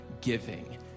giving